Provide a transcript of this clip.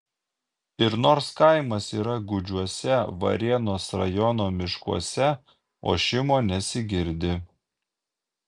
ir nors kaimas yra gūdžiuose varėnos rajono miškuose ošimo nesigirdi